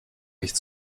nicht